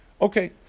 Okay